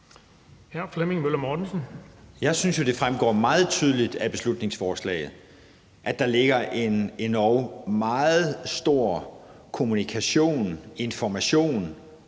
Jeg synes jo, det fremgår meget tydeligt af beslutningsforslaget, at der ligger en endog meget stor kommunikation, information